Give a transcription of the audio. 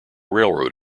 railroad